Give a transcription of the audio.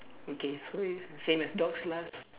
okay so same as dogs last